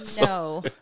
No